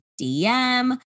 DM